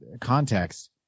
context